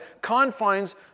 confines